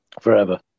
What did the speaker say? forever